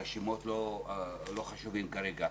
השמות לא חשובים כרגע.